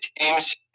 teams